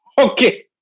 Okay